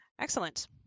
Excellent